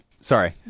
Sorry